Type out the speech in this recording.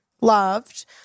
Loved